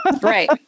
Right